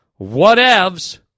Whatevs